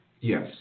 Yes